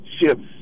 ships